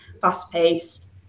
fast-paced